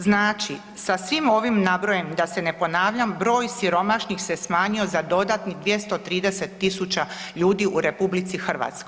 Znači, sa svim ovim nabrojenim, da se ne ponavljam, broj siromašnih se smanjio za dodatnih 230 tisuća ljudi u RH.